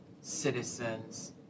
citizens